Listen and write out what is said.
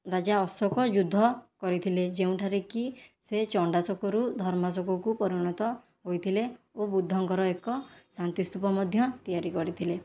ରାଜା ଅଶୋକ ଯୁଦ୍ଧ କରିଥିଲେ ଯେଉଁଠାରେ କି ସେ ଚଣ୍ଡାଶୋକରୁ ଧର୍ମାଶୋକକୁ ପରିଣତ ହୋଇଥିଲେ ଓ ବୁଦ୍ଧଙ୍କର ଏକ ଶାନ୍ତିସ୍ତୁପ ମଧ୍ୟ ତିଆରି କରିଥିଲେ